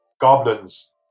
Goblin's